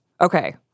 Okay